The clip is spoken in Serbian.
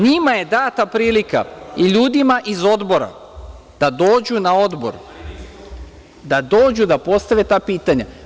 NJima je data prilika i ljudima iz Odbora, da dođu na Odbor, da dođu da postave ta pitanja.